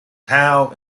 tao